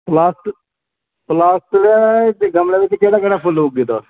मार्च March बिच्च गमले बिच्च केह्ड़ा केह्ड़ा फुल्ल उग्गी दा